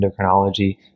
endocrinology